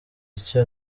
icyo